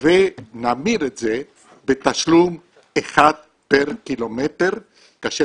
ונמיר את זה בתשלום אחד פר קילומטר כאשר